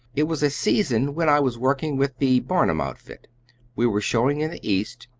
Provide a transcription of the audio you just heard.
it was a season when i was working with the barnum outfit we were showing in the east,